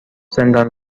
زندان